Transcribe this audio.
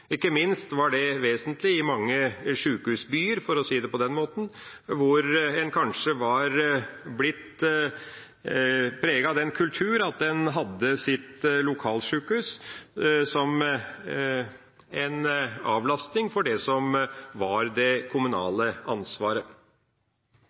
Ikke minst var det vesentlig i mange sjukehusbyer – for å si det på den måten – hvor en kanskje var blitt preget av den kultur at en hadde sitt lokalsjukehus som en avlastning for det som var det